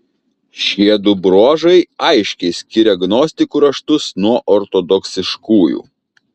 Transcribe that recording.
šiedu bruožai aiškiai skiria gnostikų raštus nuo ortodoksiškųjų